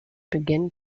began